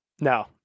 No